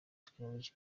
technology